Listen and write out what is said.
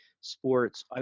sports